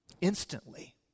instantly